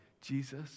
Jesus